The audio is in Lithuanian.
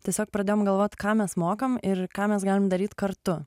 tiesiog pradėjom galvot ką mes mokam ir ką mes galim daryt kartu